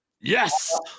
Yes